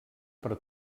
per